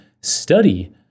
study